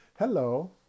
Hello